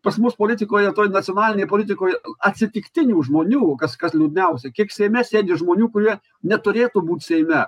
pas mus politikoje toj nacionalinėj politikoj atsitiktinių žmonių kas kas liūdniausia kiek seime sėdi žmonių kurie neturėtų būt seime